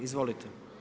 Izvolite.